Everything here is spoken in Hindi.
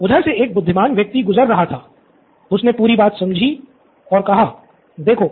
उधर से एक बुद्धिमान व्यक्ति गुज़र रहा था उसने पूरी बात समझी और कहा देखो